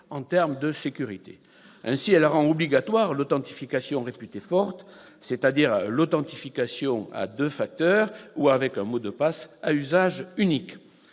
en termes de sécurité. Ainsi, elle rend obligatoire l'authentification réputée forte, c'est-à-dire l'authentification à deux facteurs, ou avec un mot de passe à usage unique.